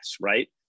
right